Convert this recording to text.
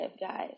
guys